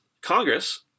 Congress